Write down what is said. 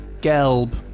Gelb